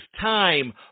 time